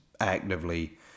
actively